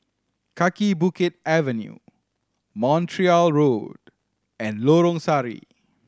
Kaki Bukit Avenue Montreal Road and Lorong Sari